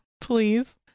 please